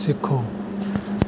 ਸਿੱਖੋ